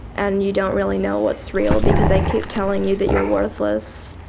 and you don't really know what's real because they keep telling you that you're worthless,